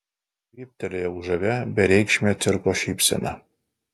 vyptelėjau žavia bereikšme cirko šypsena